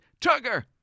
Tugger